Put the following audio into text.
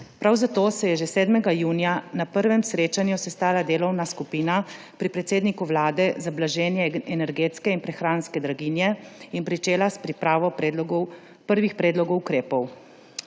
prav zato se je že 7. junija na prvem srečanju sestala delovna skupina pri predsedniku Vlade za blaženje energetske in prehranske draginje in pričela s pripravo prvih predlogov ukrepov.